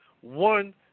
one